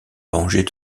venger